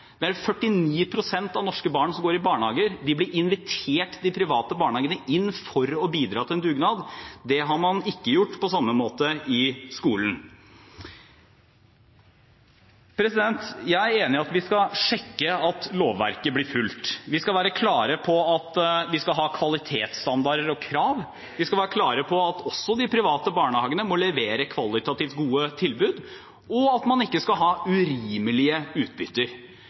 av norske barn går i private barnehager. De private barnehagene ble invitert inn for å bidra til en dugnad. Det har man ikke gjort på samme måte i skolen. Jeg er enig i at vi skal sjekke at lovverket blir fulgt. Vi skal være klare på at vi skal ha kvalitetsstandarder og krav. Vi skal være klare på at også de private barnehagene må levere kvalitativt gode tilbud, og at man ikke skal ha urimelige utbytter.